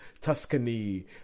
Tuscany